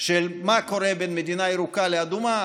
של מה קורה בין מדינה ירוקה לאדומה,